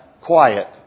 quiet